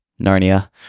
Narnia